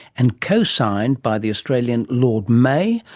and co-signed by the australian lord may,